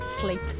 Sleep